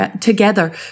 together